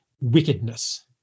wickedness